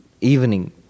evening